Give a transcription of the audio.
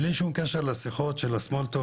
בלי שום קשר לשיחות של ה'סמול טוק',